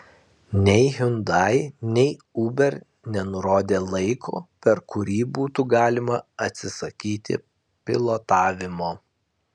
nei hyundai nei uber nenurodė laiko per kurį būtų galima atsisakyti pilotavimo